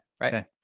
Right